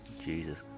Jesus